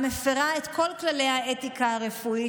המפירה את כל כללי האתיקה הרפואית,